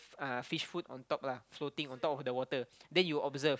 uh fish food on top lah floating on top of the water then you observe